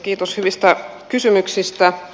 kiitos hyvistä kysymyksistä